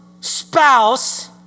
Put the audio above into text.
spouse